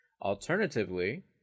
Alternatively